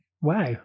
Wow